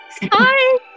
Hi